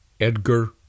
Edgar